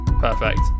perfect